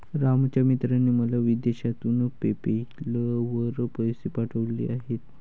रामच्या मित्राने मला विदेशातून पेपैल वर पैसे पाठवले आहेत